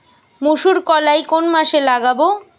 মুসুরকলাই কোন মাসে লাগাব?